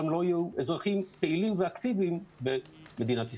גם לא יהיו אזרחים פעילים ואקטיביים במדינת ישראל.